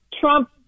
Trump